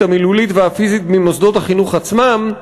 המילולית והפיזית ממוסדות החינוך עצמם,